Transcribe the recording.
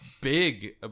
big